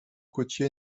côtier